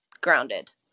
grounded